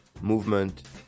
movement